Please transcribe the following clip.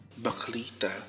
Baklita